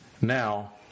now